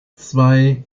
zwei